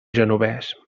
genovés